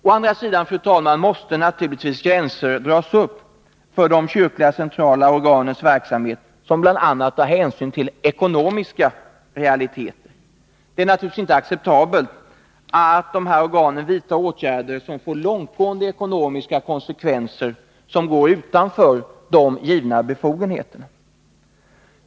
Å andra sidan, fru talman, måste naturligtvis gränser dras upp för de kyrkliga centrala organens verksamhet som bl.a. tar hänsyn till ekonomiska realiteter. Det är självfallet inte acceptabelt att dessa organ vidtar åtgärder som får långtgående ekonomiska konsekvenser, som går utanför de givna befogenheterna.